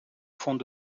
fond